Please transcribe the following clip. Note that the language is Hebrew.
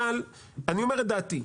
אבל אני אומר את דעתי.